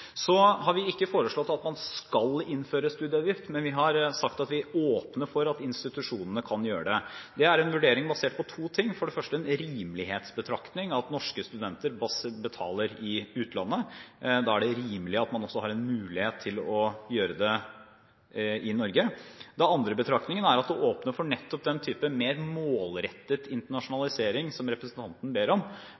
sagt at vi åpner for at institusjonene kan gjøre det. Det er en vurdering basert på to ting. For det første er det en rimelighetsbetraktning: Norske studenter betaler i utlandet. Da er det rimelig at man også har en mulighet til å gjøre det i Norge. Den andre betraktningen er at det åpner for nettopp den typen mer målrettet